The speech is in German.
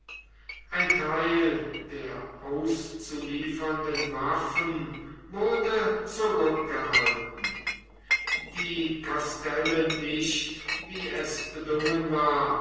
ein teil der auszuliefernden waffen wurde zurückgehalten die kastelle nicht wie es bedungen war